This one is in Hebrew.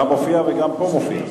מופיע, וגם פה מופיע.